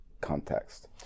context